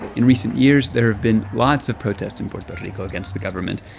in recent years, there have been lots of protests in puerto rico against the government,